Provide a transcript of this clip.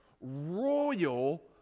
royal